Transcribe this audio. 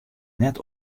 net